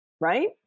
right